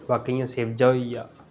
बाकी इयां सेब्जा होई गेआ